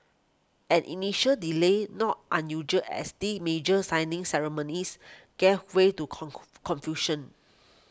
an initial delay not unusual at these major signing ceremonies gave way to confusion